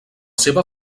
seva